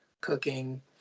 cooking